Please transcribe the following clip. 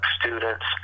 students